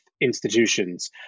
institutions